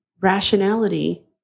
rationality